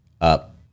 up